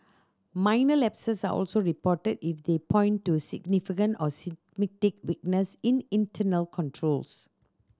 minor lapses are also reported if they point to significant or weaknesses in internal controls